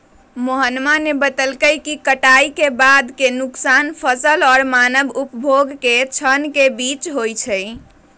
मोहनवा ने बतल कई कि कटाई के बाद के नुकसान फसल और मानव उपभोग के क्षण के बीच होबा हई